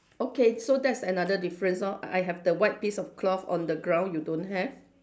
okay so that's another difference lor I have the white piece of cloth on the ground you don't have